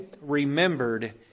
remembered